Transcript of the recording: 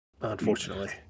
Unfortunately